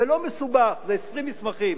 זה לא מסובך, זה 20 מסמכים,